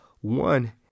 one